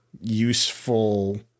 useful